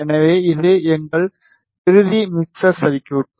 எனவே இது எங்கள் இறுதி மிக்ஸர் சர்குய்ட்